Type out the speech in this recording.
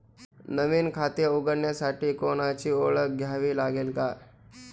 नवीन खाते उघडण्यासाठी कोणाची ओळख द्यावी लागेल का?